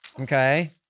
Okay